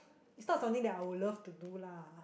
it's not something that I would love to do lah